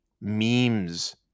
memes